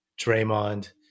Draymond